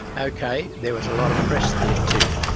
ok, there was a lot of press there too.